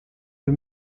der